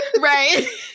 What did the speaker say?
right